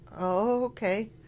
okay